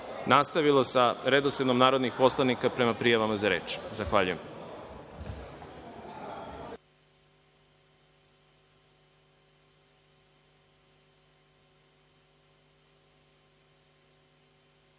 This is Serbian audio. nastavilo sa redosledom narodnih poslanika prema prijavama za reč. Zahvaljujem.(Posle